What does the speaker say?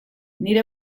nire